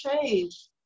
change